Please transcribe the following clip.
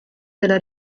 della